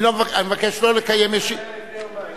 אני מבקש לא לקיים, החתונה היתה לפני יומיים.